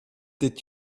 did